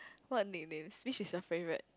what nicknames which is your favorite